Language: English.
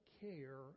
care